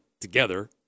together